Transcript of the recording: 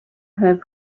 have